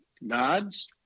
nods